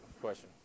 question